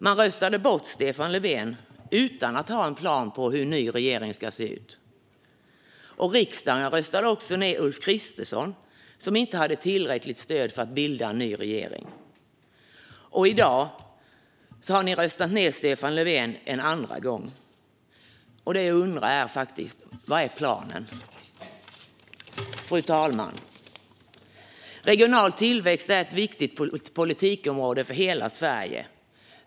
Man röstade bort Stefan Löfven utan att ha en plan för hur en ny regering ska se ut. Riksdagen röstade också ned Ulf Kristersson, som inte hade tillräckligt stöd för att bilda en ny regering. Och i dag har ni röstat ned Stefan Löfven en andra gång. Jag undrar faktiskt: Vad är planen? Fru talman! Regional tillväxt är ett viktigt politikområde för hela Sverige.